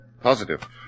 Positive